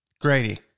Grady